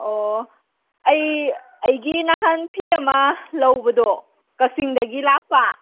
ꯑꯣ ꯑꯩ ꯑꯩꯒꯤ ꯉꯍꯥꯟ ꯐꯤ ꯑꯃ ꯂꯧꯕꯗꯣ ꯀꯥꯛꯆꯤꯡꯗꯒꯤ ꯂꯥꯛꯄ